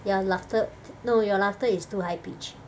your laughter no your laughter is too high pitched